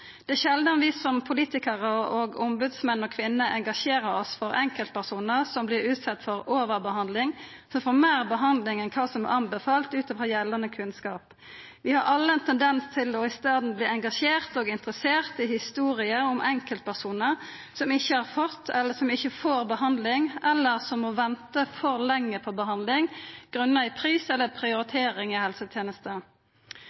Det er sjeldan vi som politikarar og ombodsmenn og -kvinner engasjerer oss for enkeltpersonar som vert utsette for overbehandling, som får meir behandling enn kva som er anbefalt ut frå gjeldande kunnskap. Vi har alle ein tendens til i staden å verta engasjerte og interesserte i historier om enkeltpersonar som ikkje har fått eller ikkje får behandling, eller må venta for lenge på behandling, grunna i pris eller